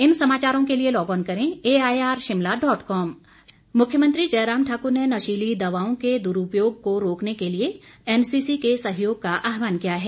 NCC मुख्यमंत्री जयराम ठाक्र ने नशीली दवाओं के द्रूपयोग को रोकने के लिए एनसीसी के सहयोग का आहवान किया है